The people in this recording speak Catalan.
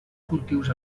cultius